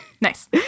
Nice